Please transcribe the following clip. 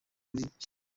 gisheke